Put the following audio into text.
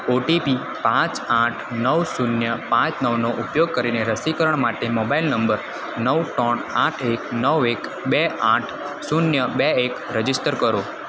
OTP પાંચ આઠ નવ શૂન્ય પાંચ નવનો ઉપયોગ કરીને રસીકરણ માટે મોબાઈલ નંબર નવ ત્રણ આઠ એક નવ એક બે આઠ શૂન્ય બે એક રજિસ્ટર કરો